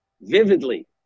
vividly